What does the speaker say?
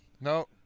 No